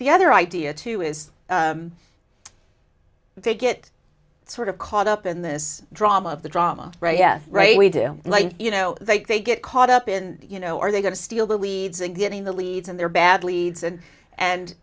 the other idea too is they get sort of caught up in this drama of the drama yes right we do like you know they get caught up in you know are they going to steal the leads and getting the leads and their bad leads and and